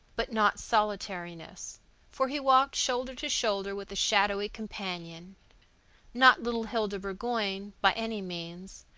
but not solitariness for he walked shoulder to shoulder with a shadowy companion not little hilda burgoyne, by any means,